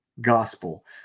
Gospel